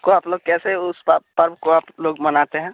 उसको आप लोग कैसे उस प पर्व को आप लोग मनाते हैं